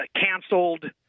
canceled